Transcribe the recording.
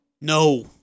No